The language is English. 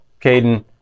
Caden